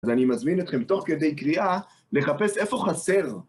אז אני מזמין אתכם, תוך כדי קריאה, לחפש איפה חסר.